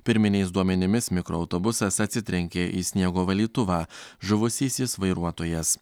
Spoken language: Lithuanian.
pirminiais duomenimis mikroautobusas atsitrenkė į sniego valytuvą žuvusysis vairuotojas